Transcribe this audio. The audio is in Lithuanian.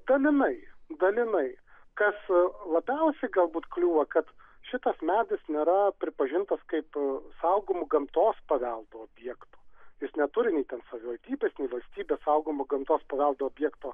dalinai dalinai kas labiausiai galbūt kliūva kad šitas medis nėra pripažintas kaip saugomu gamtos paveldo objektu jis neturi nei ten savivaldybės neis valstybės saugomo gamtos paveldo objekto